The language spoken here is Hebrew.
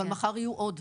אבל מחר יהיו עוד,